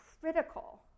critical